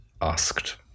asked